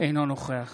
אינו נוכח